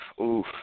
oof